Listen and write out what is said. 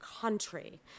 country